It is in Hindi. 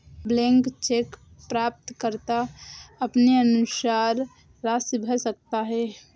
ब्लैंक चेक प्राप्तकर्ता अपने अनुसार राशि भर सकता है